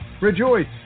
Rejoice